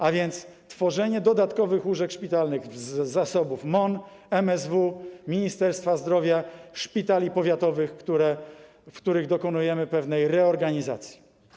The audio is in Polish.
A więc tworzenie dodatkowych łóżek szpitalnych z zasobów MON, MSW, Ministerstwa Zdrowia, szpitali powiatowych, w których dokonujemy pewnej reorganizacji.